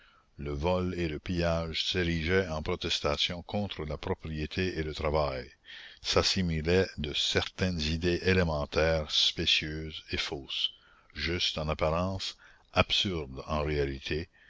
le vol et le pillage s'érigeaient en protestation contre la propriété et le travail s'assimilaient de certaines idées élémentaires spécieuses et fausses justes en apparence absurdes en réalité